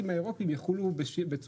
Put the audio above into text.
ולא